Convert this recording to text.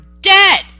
dead